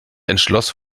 entschloss